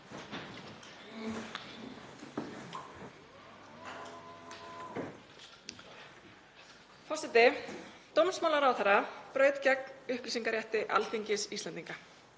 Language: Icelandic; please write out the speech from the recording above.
Forseti. Dómsmálaráðherra braut gegn upplýsingarétti Alþingis Íslendinga.